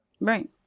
Right